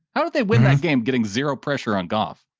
how did they win that game? getting zero pressure on golf?